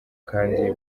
kandi